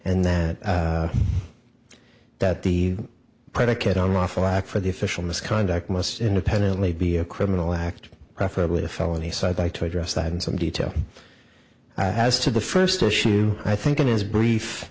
and that that the predicate on lawful act for the official misconduct must independently be a criminal act preferably a felony so i'd like to address that in some detail as to the first i think in his brief